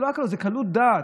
זה לא הקלות, זה קלות דעת.